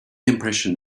impression